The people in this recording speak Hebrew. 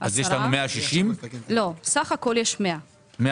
אז סך הכול יש 100 פקחים.